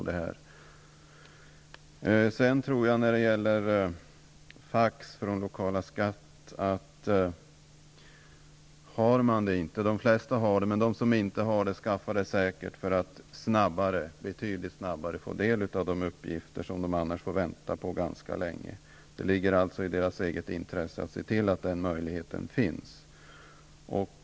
De flesta lokala skattemyndigheter har redan fax, och jag tror att de flesta skulle skaffa sig det för att betydligt snabbare kunna få tillgång till uppgifter som de annars skulle få vänta ganska länge på. Det ligger i deras eget intresse att se till att den möjligheten finns.